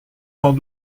sans